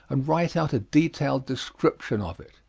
and write out a detailed description of it.